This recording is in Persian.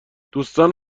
دوستان